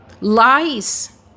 lies